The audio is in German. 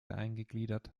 eingegliedert